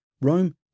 Rome